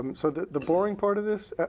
so the the boring part of this,